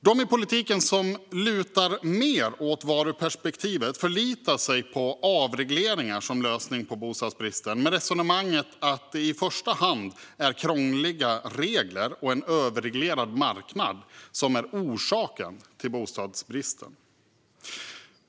De i politiken som lutar mer åt varuperspektivet förlitar sig på avregleringar som lösningen på bostadsbristen med resonemanget att det i första hand är krångliga regler och en överreglerad marknad som är orsaken till bostadsbristen.